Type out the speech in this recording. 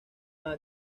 más